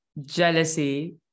Jealousy